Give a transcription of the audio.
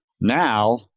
Now